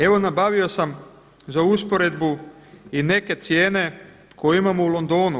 Evo nabavio sam za usporedbu i neke cijene koje imamo u Londonu.